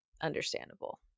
understandable